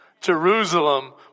Jerusalem